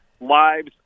lives